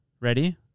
ready